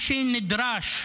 מה שנדרש,